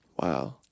Wow